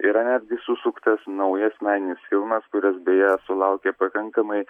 yra netgi susuktas naujas meninis filmas kuris beje sulaukė pakankamai